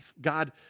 God